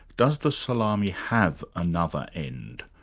does the salami have another end?